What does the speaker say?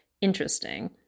interesting